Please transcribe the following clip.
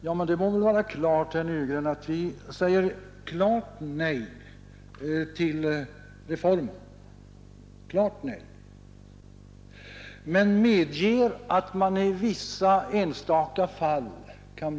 Det måste väl vara helt klart, herr Nygren, att vi säger bestämt nej till regeringens förslag om indragning av polisdistrikt men medger att det i vissa enstaka fall kan